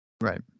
Right